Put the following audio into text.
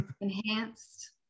Enhanced